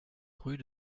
rue